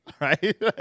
Right